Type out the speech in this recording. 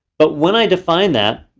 but when i define that,